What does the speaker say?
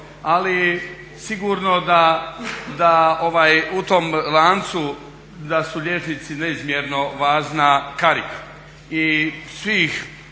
ali sigurno da u tom lancu da su liječnici neizmjerno važna karika i svi